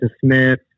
Smith